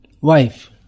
wife